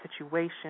situation